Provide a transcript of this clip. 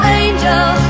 angel